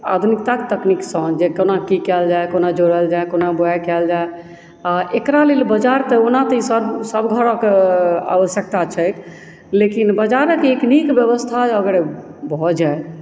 आधुनिकताके तकनीकसँ जे कोना की कयल जाइ कोना जोगायल जाय कोना बुआइ कयल जाय आओर एकरा लेल बाजार तऽ ओना तऽ ईसभ सभ घरक आवश्यकता छैक लेकिन बाजारक एक नीक व्यवस्था अगर भऽ जाय